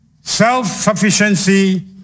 Self-sufficiency